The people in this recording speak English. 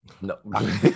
No